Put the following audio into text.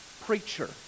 preacher